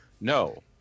no